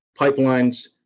pipelines